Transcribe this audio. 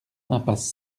impasse